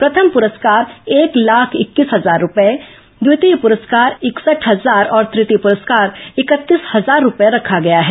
प्रथम पुरस्कार एक लाख इक्कीस हजार रूपये द्वितीय पुरस्कार इकसठ हजार और तृर्तीय पुरस्कार इकतीस हजार रूपये रखा गया है